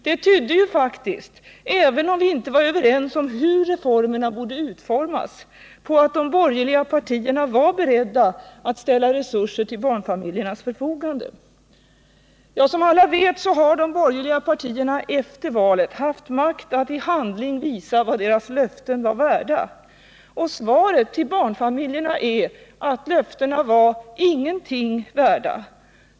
Det tydde ju även om vi inte var överens om hur reformerna borde utformas — på att de borgerliga partierna var beredda att ställa resurser till barnfamiljernas förfogande. Som alla vet, har de borgerliga partierna efter valet haft makt att i handling visa vad deras löften var värda. Svaret till barnfamiljerna är att löftena var ingenting värda.